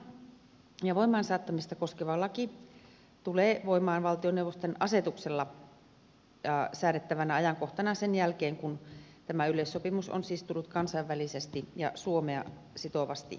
voimaan saattamista koskeva laki tulee voimaan valtioneuvoston asetuksella säädettävänä ajankohtana sen jälkeen kun tämä yleissopimus on siis tullut kansainvälisesti ja suomea sitovasti voimaan